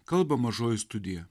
kalba mažoji studija